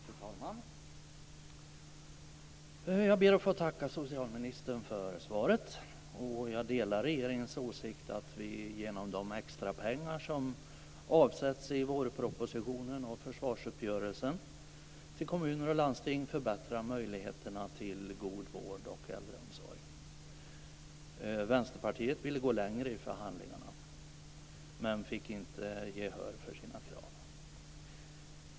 Fru talman! Jag ber att få tacka socialministern för svaret. Jag delar regeringens åsikt att vi genom de extrapengar som avsätts i vårpropositionen och försvarsuppgörelsen till kommuner och landsting förbättrar möjligheterna till god vård och äldreomsorg. Vänsterpartiet ville gå längre i förhandlingarna men fick inte gehör för sina krav.